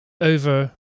over